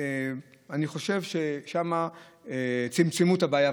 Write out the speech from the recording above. אני חושב ששם ודאי צמצמו את הבעיה.